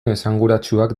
esanguratsuak